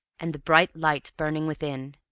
and the bright light burning within.